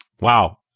Wow